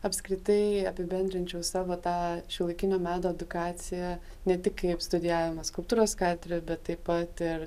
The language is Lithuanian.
apskritai apibendrinčiau savo tą šiuolaikinio meno edukaciją ne tik kaip studijavimą skulptūros katedroje bet taip pat